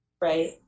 right